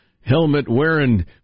helmet-wearing